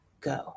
go